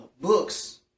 books